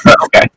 Okay